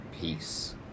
Peace